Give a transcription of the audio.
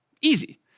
easy